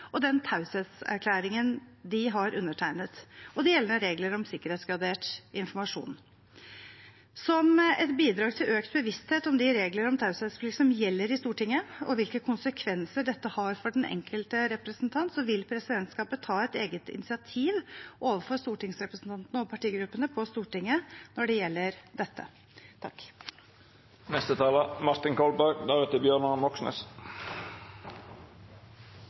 den taushetserklæringen de har undertegnet, og de gjeldende regler om sikkerhetsgradert informasjon. Som et bidrag til økt bevissthet om de regler om taushetsplikt som gjelder i Stortinget, og hvilke konsekvenser dette har for den enkelte representant, vil presidentskapet ta et eget initiativ overfor stortingsrepresentantene og partigruppene på Stortinget når det gjelder dette.